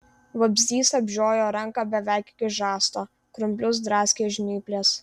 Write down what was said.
vabzdys apžiojo ranką beveik iki žasto krumplius draskė žnyplės